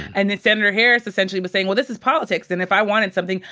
and then senator harris essentially was saying, well, this is politics, and if i wanted something,